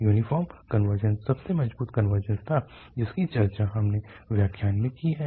uniform convergence सबसे मजबूत convergence था जिसकी चर्चा हमने व्याख्यान में की है